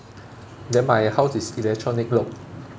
then my house is electronic lock